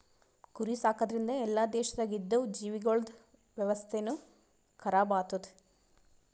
ಕುರಿ ಸಾಕದ್ರಿಂದ್ ಎಲ್ಲಾ ದೇಶದಾಗ್ ಇದ್ದಿವು ಜೀವಿಗೊಳ್ದ ವ್ಯವಸ್ಥೆನು ಖರಾಬ್ ಆತ್ತುದ್